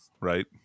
right